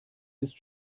ist